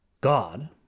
God